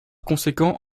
conséquent